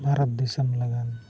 ᱵᱷᱟᱨᱚᱛ ᱫᱤᱥᱚᱢ ᱞᱟᱹᱜᱤᱫ